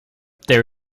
there